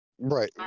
Right